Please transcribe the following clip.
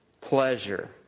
pleasure